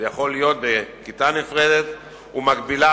זה יכול להיות בכיתה נפרדת ומקבילה